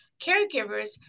caregivers